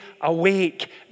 awake